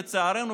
לצערנו,